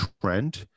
trend